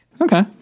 Okay